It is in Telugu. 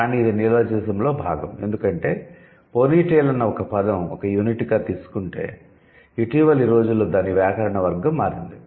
కానీ ఇది నియోలాజిజంలో భాగం ఎందుకంటే పోనీటెయిల్ అన్న ఒక పదం ఒక యూనిట్గా తీసుకుంటే ఇటీవలి రోజుల్లో దాని వ్యాకరణ వర్గo మారింది